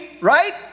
right